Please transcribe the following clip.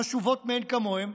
חשובות מאין כמוהן.